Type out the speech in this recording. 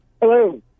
Hello